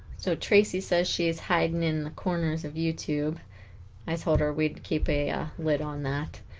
so tracy says she is hiding in the corners of youtube i told her we'd keep a yeah lid on that